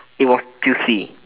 it was juicy